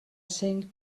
think